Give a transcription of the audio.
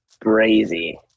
crazy